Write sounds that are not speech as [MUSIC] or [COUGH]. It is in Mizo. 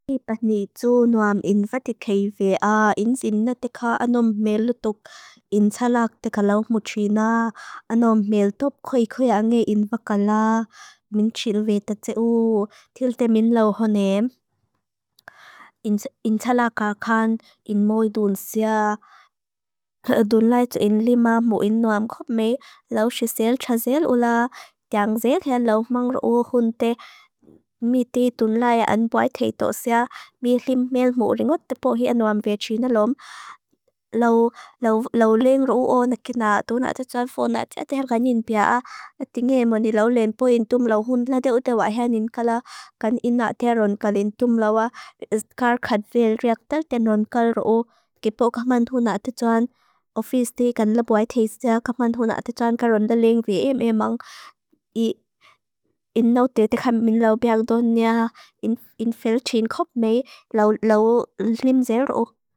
I pahni tsú nuam in vaticei vea. Inzin nateka anom melutuk. In tsalak teka lauk muchina. Anom melutup kwey kwey ange in vakala. Min txil veetat tse u. Tilte min lau honem. [HESITATION] In tsalakakaan in moi dunsea. [HESITATION] Dunlai tsu in lima mu in nuam khopmei. Lau sisel txazel ula. Tiang zet hea lau mang ruo honte. [HESITATION] Mi ti dunlai anbuai teito sea. Mi himmel mu ringot tepo hea nuam veci nalom. Lau [HESITATION] leng roo o nakina tu nata tsuan fona txatel ganyin bea. Ati nge moni lau leng po in tum lau honte. Nade ude wa hea nin kala. Kan in nata ron kalen tum lau a. Skarkat veal reaktel tenon kal roo. Kipo kaman tu nata txuan. Ofis te kan labuai teisa. Kaman tu nata txuan karondaleng vea ememang. [HESITATION] In naute teka min lau beag dunia. In [HESITATION] fel txin khopmei. Lau [HESITATION] lim ze roo.